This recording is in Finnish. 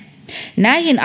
näihin